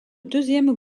deuxième